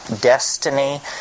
destiny